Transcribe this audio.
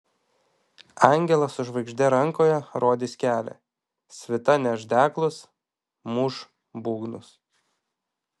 angelas su žvaigžde rankoje rodys kelią svita neš deglus muš būgnus